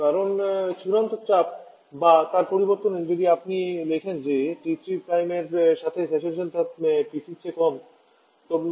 কারণ চূড়ান্ত চাপ বা তার পরিবর্তে আপনি যদি লিখেন যে T3 এর সাথে স্যাচুরেশন চাপ PC র চেয়ে কম হবে